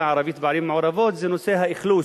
הערבית בערים המעורבות היא נושא האכלוס,